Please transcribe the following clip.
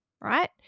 right